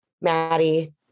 Maddie